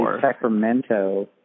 Sacramento